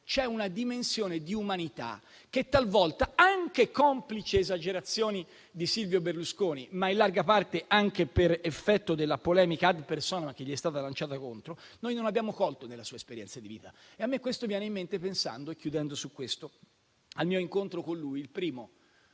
c'è una dimensione di umanità, che talvolta, anche complici le esagerazioni di Silvio Berlusconi, ma in larga parte anche per effetto della polemica *ad personam* che gli è stata lanciata contro, noi non abbiamo colto della sua esperienza di vita. A me questo viene in mente pensando al mio incontro con lui, il primo,